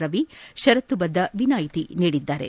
ರವಿ ಷರತ್ತು ಬದ್ಧ ವಿನಾಯಿತಿ ನೀಡಿದ್ದಾರೆ